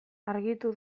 argitu